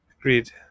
Agreed